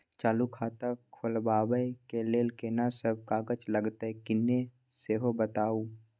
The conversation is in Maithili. चालू खाता खोलवैबे के लेल केना सब कागज लगतै किन्ने सेहो बताऊ?